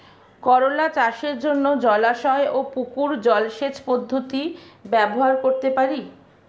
করোলা চাষের জন্য জলাশয় ও পুকুর জলসেচ পদ্ধতি ব্যবহার করতে পারি?